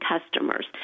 customers